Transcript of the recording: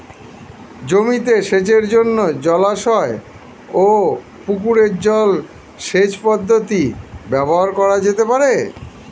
জমিতে সেচের জন্য জলাশয় ও পুকুরের জল সেচ পদ্ধতি ব্যবহার করা যেতে পারে?